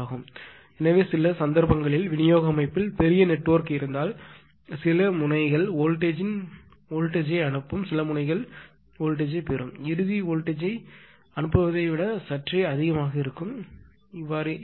ஆனால் சில சந்தர்ப்பங்களில் விநியோக அமைப்பில் பெரிய நெட்வொர்க் இருந்தால் சில முனைகள் வோல்டேஜ் யை ன் த்தை அனுப்பும் சில முனைகள் பெறுவது இறுதி வோல்டேஜ் யை ன் த்தை அனுப்புவதை விட சற்றே அதிகம் இதுவும்